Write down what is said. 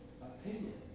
opinions